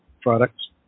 products